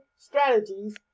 strategies